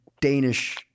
Danish